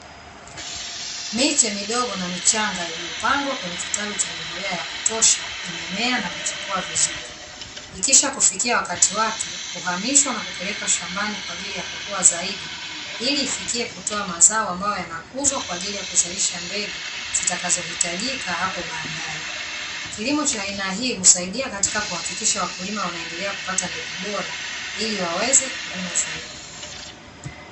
Miche midogo na michanga iliyopandwa kwenye kitalu chenye mbolea ya kutosha imemea na kuchipua vizuri. Ikishakufikia wakati wake huhamishwa na kupelekwa shambani, kwa ajili ya kukua zaidi ili ifikie kutoa mazao ambayo yanakuzwa kwa ajili ya kuzalisha mbegu zitakazohitajika hapo baadae. Kilimo cha aina hii husaidia katika kuhakikisha wakulima wanaendelea kupata mbegu bora ili waweze kulima zaidi.